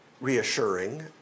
reassuring